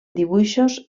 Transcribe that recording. dibuixos